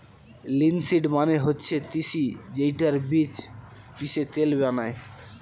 linseed মানে হচ্ছে তিসি যেইটার বীজ পিষে তেল বানায়